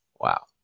Wow